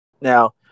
Now